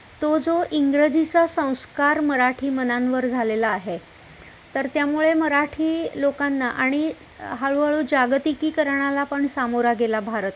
तो जो इंग्रजीचा संस्कार मराठी मनांवर झालेला आहे तर त्यामुळे मराठी लोकांना आणि हळूहळू जागतिकीकरणाला पण सामोरा गेला भारत